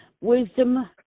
wisdom